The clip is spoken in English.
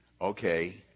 okay